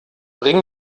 bring